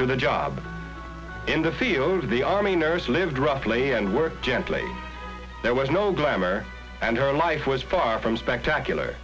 to the job in the field of the army nurse lived roughly and worked gently there was no glamour and her life was far from spectacular